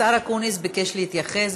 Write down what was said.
השר אקוניס ביקש להתייחס.